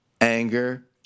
anger